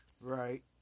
Right